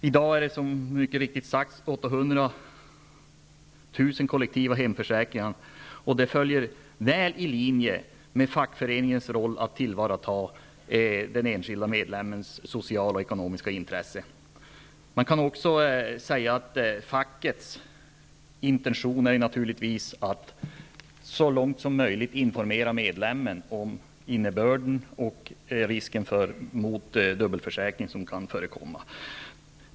I dag finns det, som mycket riktigt sagts, 800 000 kollektiva hemförsäkringar, och det ligger väl i linje med fackföreningens roll att tillvarata den enskilde medlemmens sociala och ekonomiska intressen. Man kan också säga att fackets intentioner naturligtvis är att så långt som möjligt informera medlemmen om innebörden, och den risk för dubbelförsäkring som kan förekomma.